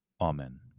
Amen